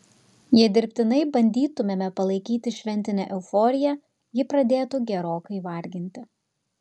jei dirbtinai bandytumėme palaikyti šventinę euforiją ji pradėtų gerokai varginti